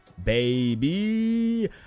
Baby